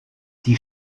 die